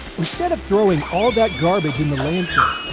instead of throwing all that garbage in the landfill,